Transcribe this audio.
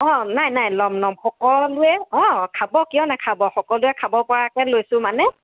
অঁ নাই নাই ল'ম ল'ম সকলোৱে অঁ খাব কিয় নেখাব সকলোৱে খাব পৰাকৈ লৈছোঁ মানে